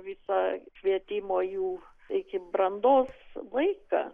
visą švietimo jų iki brandos vaiką